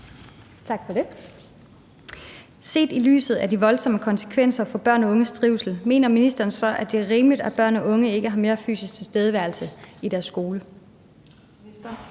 Tak for det. Set i lyset af de voldsomme konsekvenser for børn og unges trivsel mener ministeren så, at det er rimeligt, at børn og unge ikke har mere fysisk tilstedeværelse i deres skole?